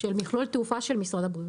של מכלול תעופה במשרד הבריאות.